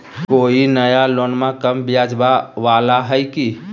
कोइ नया लोनमा कम ब्याजवा वाला हय की?